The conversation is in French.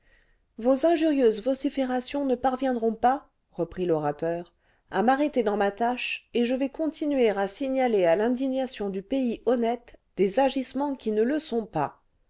vos injurieuses vociférations ne parviendront pas reprit l'orateur à m'arrêter clans ma tâche et je vais continuer à signaler à l'indignation du pays honnête des agissements qui ne le sont pas